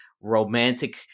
romantic